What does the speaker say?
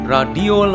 Radio